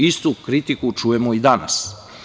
Istu kritiku čujemo i danas.